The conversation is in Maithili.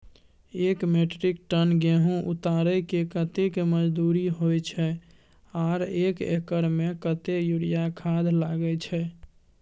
एक मेट्रिक टन गेहूं उतारेके कतेक मजदूरी होय छै आर एक एकर में कतेक यूरिया खाद लागे छै?